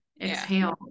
exhale